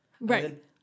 Right